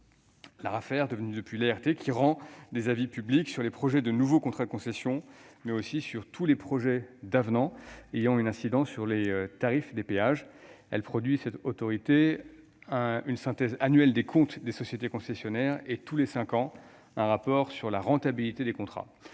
régulation des transports (ART), rend des avis publics sur les projets de nouveaux contrats de concession, mais aussi sur tous les projets d'avenants ayant une incidence sur les tarifs de péage. Elle produit annuellement une synthèse des comptes des sociétés concessionnaires et tous les cinq ans un rapport sur la rentabilité des contrats.